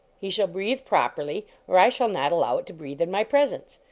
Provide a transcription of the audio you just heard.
he shall breathe properly, or i shall not allow it to breathe in my pres ence.